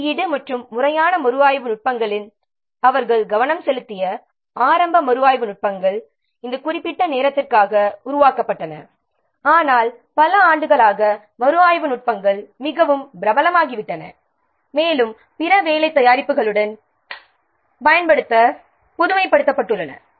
குறியீடு மற்றும் முறையான மறுஆய்வு நுட்பங்களில் அவர்கள் கவனம் செலுத்திய ஆரம்ப மறுஆய்வு நுட்பங்கள் இந்த குறிப்பிட்ட நோக்கத்திற்காக உருவாக்கப்பட்டன ஆனால் பல ஆண்டுகளாக மறுஆய்வு நுட்பங்கள் மிகவும் பிரபலமாகிவிட்டன மேலும் பிற வேலை தயாரிப்புகளுடனும் பயன்படுத்த பொதுமைப்படுத்தப்பட்டுள்ளன